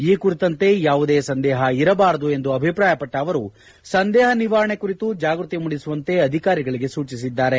ಈ ಕುರಿತಂತೆ ಯಾವುದೇ ಸಂದೇಹ ಇರಬಾರದು ಎಂದು ಅಭಿಪ್ರಾಯಪಟ್ಟ ಅವರು ಸಂದೇಹ ನಿವಾರಣೆ ಕುರಿತು ಜಾಗ್ಬತಿ ಮೂಡಿಸುವಂತೆ ಅಧಿಕಾರಿಗಳಿಗೆ ಸೂಚಿಸಿದ್ದಾರೆ